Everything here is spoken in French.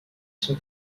son